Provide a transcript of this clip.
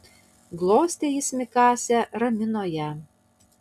glostė jis mikasę ramino ją